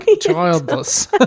childless